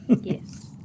Yes